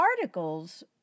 articles